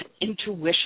intuition